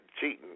cheating